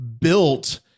built